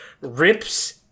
rips